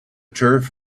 turf